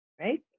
right